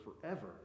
forever